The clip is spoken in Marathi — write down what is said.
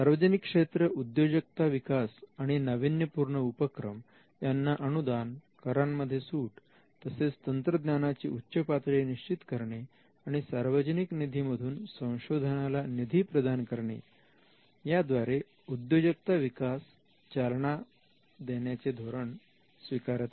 सार्वजनिक क्षेत्र उद्योजकता विकास आणि नाविन्यपूर्ण उपक्रम यांना अनुदान करांमध्ये सूट तसेच तंत्रज्ञानाची उच्च पातळी निश्चित करणे आणि सार्वजनिक निधीमधून संशोधनाला निधी प्रदान करणे याद्वारे उद्योजकता विकास चालना देण्याचे धोरण स्वीकारत आहे